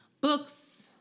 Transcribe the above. books